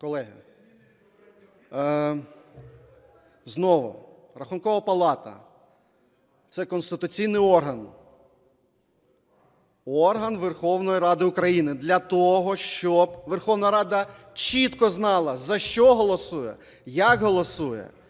Колеги, знову, Рахункова палата – це конституційний орган, орган Верховної Ради України для того, щоб Верховна Рада чітко знала, за що голосує, як голосує